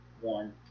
one